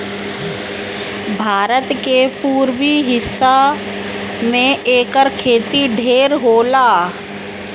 भारत के पुरबी हिस्सा में एकर खेती ढेर होला